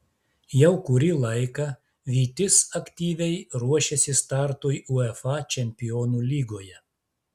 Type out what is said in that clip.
jau kurį laiką vytis aktyviai ruošiasi startui uefa čempionų lygoje